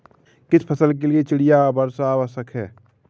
किस फसल के लिए चिड़िया वर्षा आवश्यक है?